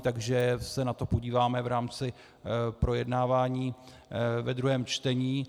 Takže se na to podíváme v rámci projednávání ve druhém čtení.